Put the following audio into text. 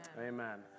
Amen